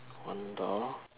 one door